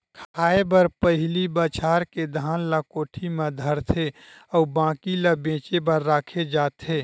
खाए बर पहिली बछार के धान ल कोठी म धरथे अउ बाकी ल बेचे बर राखे जाथे